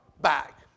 back